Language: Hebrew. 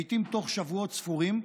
לעיתים בתוך שבועות ספורים,